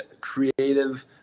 creative